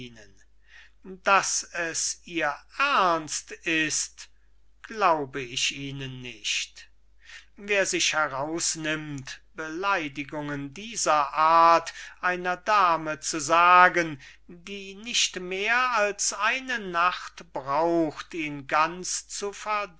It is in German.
daß es ihr ernst ist glaube ich ihnen nicht wer sich herausnimmt beleidigungen dieser art einer dame zu sagen die nicht mehr als eine nacht braucht ihn ganz zu